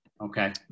Okay